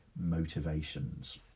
motivations